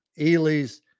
Ely's